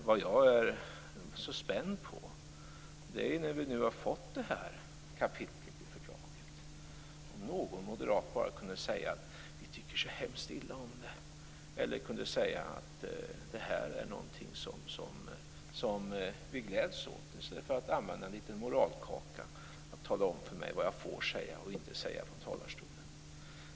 Vad jag är spänd på, nu när vi har fått det här kapitlet i fördraget, är om någon moderat kunde säga "vi tycker så hemskt illa om det" eller "det här är något som vi gläds åt" i stället för att komma med moralkakor och tala om för mig vad jag får säga och inte får säga från talarstolen.